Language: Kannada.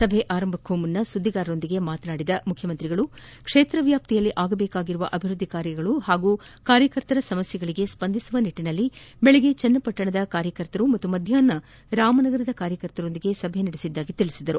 ಸಭೆ ಆರಂಭಕ್ಕೂ ಮುನ್ನಾ ಸುದ್ದಿಗಾರರೊಂದಿಗೆ ಮಾತನಾಡಿದ ಕುಮಾರಸ್ವಾಮಿ ಕ್ಷೇತ್ರ ವ್ಯಾಪ್ತಿಯಲ್ಲಿ ಆಗಬೇಕಾಗಿರುವ ಅಭಿವೃದ್ದಿ ಕಾರ್ಯಗಳು ಪಾಗೂ ಕಾರ್ಯಕರ್ತರ ಸಮಸ್ಯೆಗಳಿಗೆ ಸ್ವಂದಿಸುವ ನಿಟ್ಟನಲ್ಲಿ ಬೆಳಗ್ಗೆ ಚನ್ನಪಟ್ಟಣದ ಕಾರ್ಯಕರ್ತರು ಹಾಗೂ ಮಧ್ವಾಪ್ನ ರಾಮನಗರದ ಕಾರ್ಯಕರ್ತರೊಂದಿಗೆ ಸಭೆ ನಡೆಸುತ್ತಿರುವುದಾಗಿ ತಿಳಿಸಿದರು